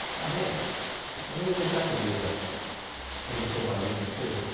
goddamn, really wish i could be there getting killed by luffy too,